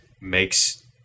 makes